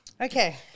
Okay